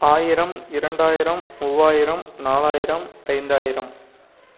ஆயிரம் இரண்டாயிரம் மூவாயிரம் நாலாயிரம் ஐந்தாயிரம்